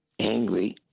angry